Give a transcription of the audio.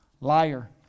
Liar